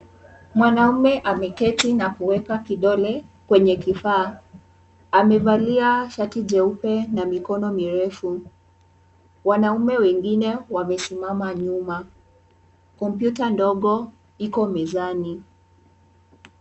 Mwanamume ameketi na kuweka kidole kwenye kifaa. Amevalia shati jeupe na mikono mirefu. Wanaume wengine wamesimama nyuma. Kompyuta ndogo iko mezani.